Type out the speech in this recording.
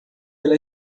pela